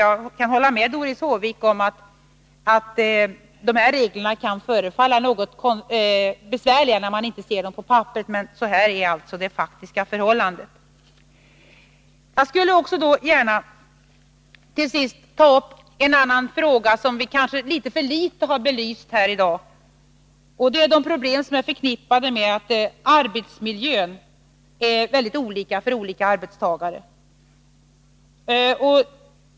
Jag kan hålla med Doris Håvik om att reglerna kan förefalla något besvärliga när man inte ser dem på papper, men så här är faktiskt förhållandena. Jag skulle gärna till sist vilja ta upp en annan fråga, som kanske har belysts för litet här i dag. Det gäller de problem som är förknippade med att arbetsmiljön är mycket olika för olika arbetstagare.